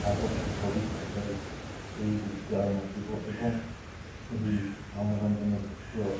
ଆଗକୁ ଭବିଷ୍ୟତରେ ସେହି ଦୃଶ୍ୟ ଆଉ ନଥିବ ଏବଂ ସେହି ମନୋରଞ୍ଜନ ଦୃଶ୍ୟ